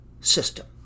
system